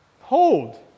hold